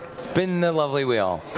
spin the lovely wheel.